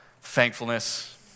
Thankfulness